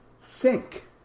sink